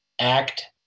Act